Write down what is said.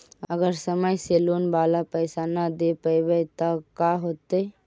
अगर समय से लोन बाला पैसा न दे पईबै तब का होतै?